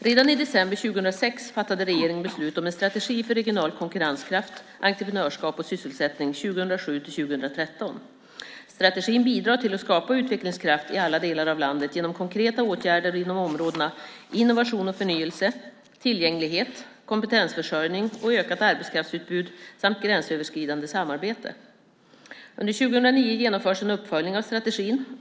Redan i december 2006 fattade regeringen beslut om en strategi för regional konkurrenskraft, entreprenörskap och sysselsättning 2007-2013. Strategin bidrar till att skapa utvecklingskraft i alla delar av landet genom konkreta åtgärder inom områdena innovation och förnyelse, tillgänglighet, kompetensförsörjning och ökat arbetskraftsutbud samt gränsöverskridande samarbete. Under 2009 genomförs en uppföljning av strategin.